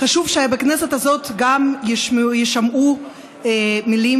חשוב שבכנסת הזאת יישמעו גם מילים